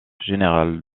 général